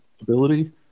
ability